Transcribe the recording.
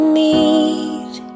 need